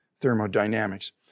thermodynamics